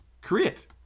create